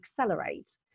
Accelerate